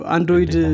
Android